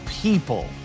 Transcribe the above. people